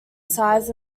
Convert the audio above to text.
size